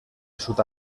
sud